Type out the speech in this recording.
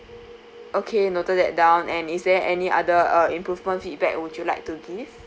okay noted that down and is there any other uh improvement feedback would you like to give